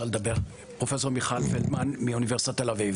פרופ' מיכל פלדמן מאוניברסיטת תל אביב